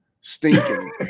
stinking